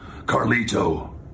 Carlito